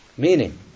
Meaning